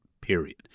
period